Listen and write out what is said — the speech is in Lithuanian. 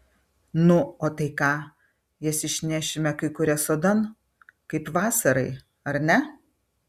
nu o tai ką jas išnešime kai kurias sodan kaip vasarai ar ne